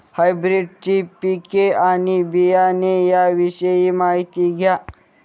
हायब्रिडची पिके आणि बियाणे याविषयी माहिती द्या